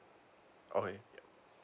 okay